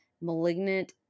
malignant